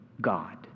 God